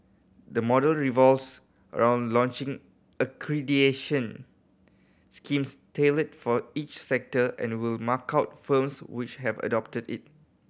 the model revolves around launching accreditation schemes tailored for each sector and will mark out firms which have adopted it